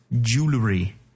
jewelry